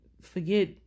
Forget